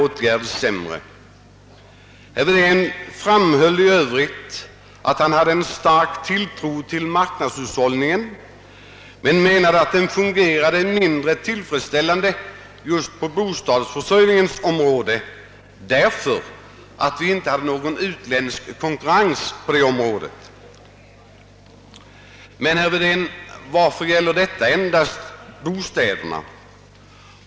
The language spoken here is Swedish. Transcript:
Herr Wedén framhöll i övrigt, att han hade en stark tilltro till marknadshushållningen men menade att den fungerade mindre tillfredsställande just på bostadsförsörjningens område därför att vi på detta inte hade någon utländsk konkurrens. Men, herr Wedén, varför gäller detta endast bostäderna?